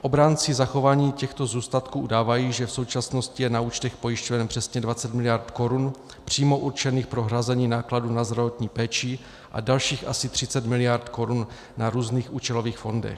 Obránci zachování těchto zůstatků udávají, že v současnosti je na účtech pojišťoven přesně 20 mld. korun přímo určených pro hrazení nákladů na zdravotní péči a dalších asi 30 mld. korun na různých účelových fondech.